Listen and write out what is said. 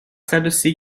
صدوسی